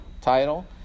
title